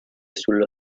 sullo